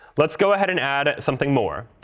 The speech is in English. let's go ahead and add something more.